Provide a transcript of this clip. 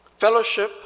fellowship